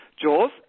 Jules